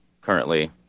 currently